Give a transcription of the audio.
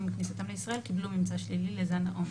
בדיקה עם כניסתם לישראל וקיבלו ממצא שלילי לזן האומיקרון.